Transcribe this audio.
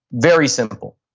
very simple.